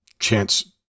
chance